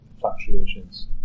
fluctuations